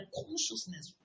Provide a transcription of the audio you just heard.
consciousness